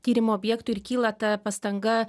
tyrimo objektui ir kyla ta pastanga